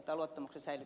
arvoisa puhemies